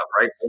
right